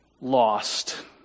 lost